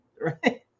right